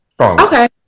Okay